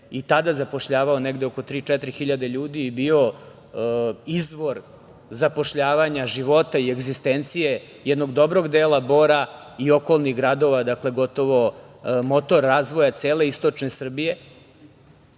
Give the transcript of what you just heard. i tada zapošljavao negde oko tri, četiri hiljade ljudi i bio izvor zapošljavanja, života i egzistencije jednog dobrog dela Bora i okolnih gradova. Dakle, gotovo motor razvoja cele istočne Srbije.